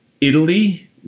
Italy